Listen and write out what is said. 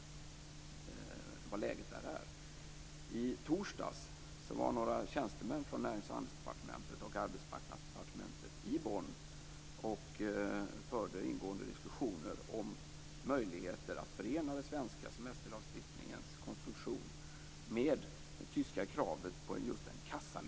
I torsdags var några tjänstemän från Närings och handelsdepartementet och Arbetsmarknadsdepartementet i Bonn och förde ingående diskussioner om möjligheter att förena den svenska semesterlagstiftningens konstruktion med det tyska kravet på en kassalösning.